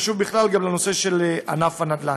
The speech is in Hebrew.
הוא חשוב בכלל, גם לנושא של ענף הנדל"ן.